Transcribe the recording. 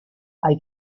hay